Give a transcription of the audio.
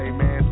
Amen